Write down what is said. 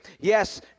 yes